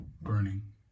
burning